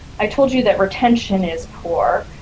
i told you that retention is poor.